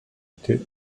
était